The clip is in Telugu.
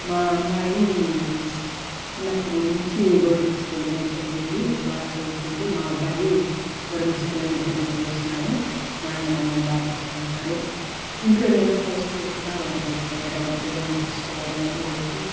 మా అమ్మాయి చిన్నప్పుడు నుంచి గవర్నమెంట్ స్కూల్లేనే చదివింది బాగ చదువుతుంది మా అబ్బాయి గవర్నమెంట్ స్కూల్లోనే ఇద్దరిని చదివిచ్చినాము మా ఆయన మమ్మల్ని బాగా చూసుకుంటారు ఇంట్లో నేను హౌస్ వైఫ్గా వంట చేసి పెట్టడం పిల్లల్ని చూసుకోవడం వాళ్లకి